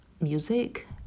music